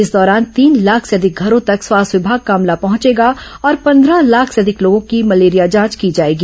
इस दौरान तीन लाख से अधिक घरों तक स्वास्थ्य विभाग का अमला पहंचेगा और पंद्रह लाख से अधिक लोगों की मलेरिया जांच की जाएगी